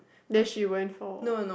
then she went for